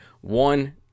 One